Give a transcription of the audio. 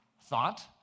thought